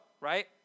right